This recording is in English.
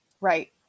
Right